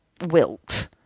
wilt